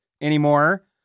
anymore